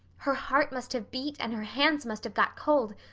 her heart must have beat and her hands must have got cold,